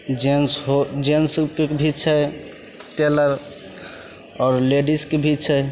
gents हो जेन्ट्सके भी छै टेलर आओर लेडिजके भी छै